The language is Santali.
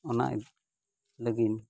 ᱚᱱᱟ ᱞᱟᱹᱜᱤᱫ